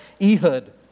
Ehud